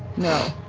no?